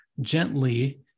gently